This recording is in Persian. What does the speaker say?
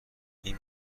این